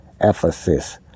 Ephesus